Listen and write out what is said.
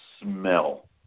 smell